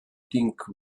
think